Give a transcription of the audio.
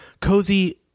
cozy